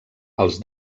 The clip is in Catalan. els